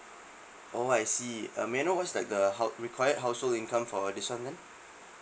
oh I see uh may I know what's like the hou~ required household income for this one ma'am